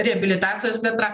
reabilitacijos plėtra